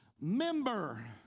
member